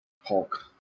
Hulk